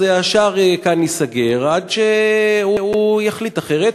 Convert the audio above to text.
אז השער כאן ייסגר עד שהוא יחליט אחרת.